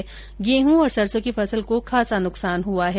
इससे गेंहू और सरसों की फसल को खासा नुकसान हुआ है